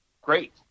great